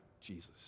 jesus